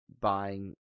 buying